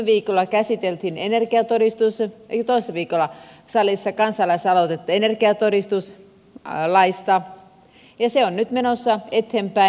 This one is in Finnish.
muun muassa toissa viikolla käsiteltiin salissa kansalaisaloitetta energiatodistuslaista ja se on nyt menossa eteenpäin